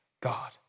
God